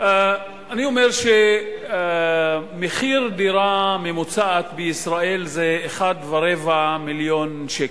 אני אומר שמחיר דירה בישראל הוא 1.25 מיליון שקל.